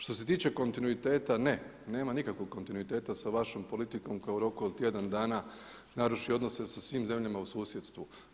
Što se tiče kontinuiteta ne, nema nikakvog kontinuiteta sa vašom politikom koja je u roku od tjedan dana naruši odnose sa svim zemljama u susjedstvu.